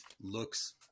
looks